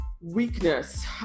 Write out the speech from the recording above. Weakness